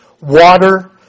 water